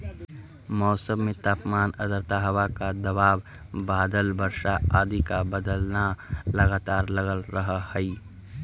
मौसम में तापमान आद्रता हवा का दबाव बादल वर्षा आदि का बदलना लगातार लगल रहअ हई